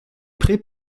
pré